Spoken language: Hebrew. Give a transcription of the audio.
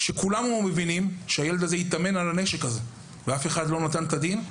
כולנו מבינים שהילד הזה התאמן בהחזקת הנשק הזה ואף אחד לא נתן את הדין.